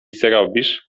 zrobisz